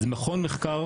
זה נכון מחקר,